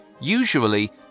Usually